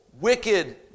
wicked